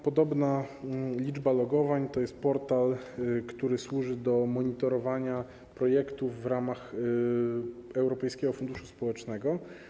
Podobną liczbę logowań miał portal, który służy do monitorowania projektów w ramach Europejskiego Funduszu Społecznego.